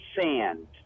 sand